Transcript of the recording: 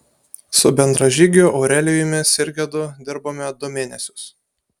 su bendražygiu aurelijumi sirgedu dirbome du mėnesius